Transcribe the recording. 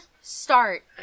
start